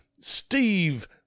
Steve